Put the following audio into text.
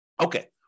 Okay